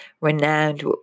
renowned